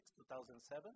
2007